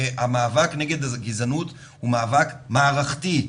המאבק נגד הגזענות הוא מאבק מערכתי,